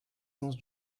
sens